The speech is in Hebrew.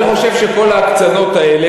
אני חושב שכל ההקצנות האלה,